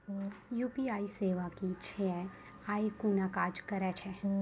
UPI सेवा की छियै? ई कूना काज करै छै?